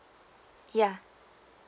yeah